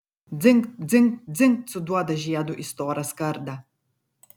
dzingt dzingt dzingt suduoda žiedu į storą skardą